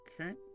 Okay